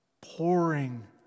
Pouring